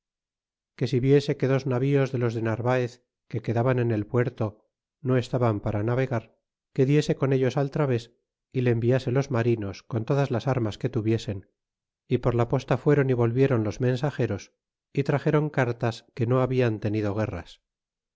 que si viese que dos navíos de los de narvaez que quedaban en el puerto no estaban para navegar que diese con ellos al través y le enviase los marinos con todas las armas que tuviesen y por la posta fueron y volvieron los mensageros y traxeron cartas que no habian tenido guerras